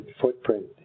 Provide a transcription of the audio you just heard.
footprint